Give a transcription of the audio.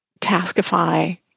taskify